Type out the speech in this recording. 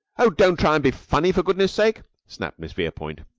oh, don't try and be funny, for goodness' sake! snapped miss verepoint.